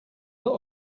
lot